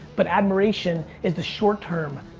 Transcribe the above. but admiration is the short term